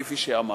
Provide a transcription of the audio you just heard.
כפי שאמרתי.